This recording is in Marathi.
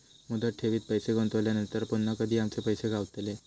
मुदत ठेवीत पैसे गुंतवल्यानंतर पुन्हा कधी आमचे पैसे गावतले?